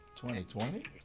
2020